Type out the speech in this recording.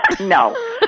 No